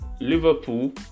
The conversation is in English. liverpool